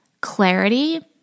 clarity